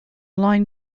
line